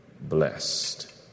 blessed